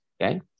okay